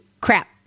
crap